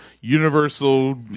universal